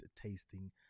tasting